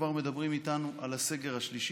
כבר מדברים איתנו על הסגר השלישי,